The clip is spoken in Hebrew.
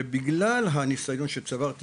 ובגלל הניסיון שצברתי,